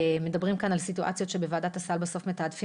מדברים כאן על סיטואציות שבוועדת הסל בסוף מתעדפים